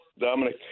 Dominic